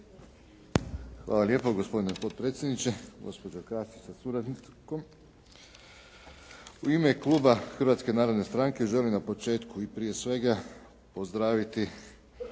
Hvala lijepo gospodine potpredsjedniče, gospođo Krasić sa suradnikom. U ime kluba Hrvatske narodne stranke želim na početku i prije svega pozdraviti